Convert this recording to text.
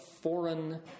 foreign